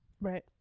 Right